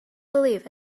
believe